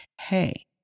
Hey